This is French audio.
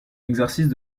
l’exercice